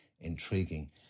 intriguing